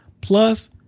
Plus